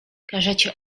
każecie